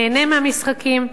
ניהנה מהמשחקים.